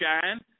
shine